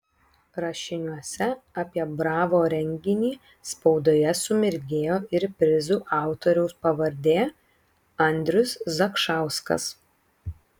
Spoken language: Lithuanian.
rašiniuose apie bravo renginį spaudoje sumirgėjo ir prizų autoriaus pavardė andrius zakšauskas